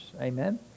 amen